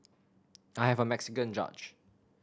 I have a Mexican judge